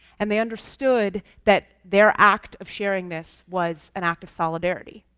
and they understood that their act of sharing this was an act of solidarity.